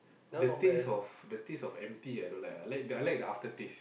the taste of the taste of empty I don't like ah I like I like the aftertaste